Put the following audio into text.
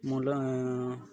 ମୁୂଲ